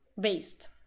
based